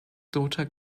daughter